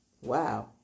Wow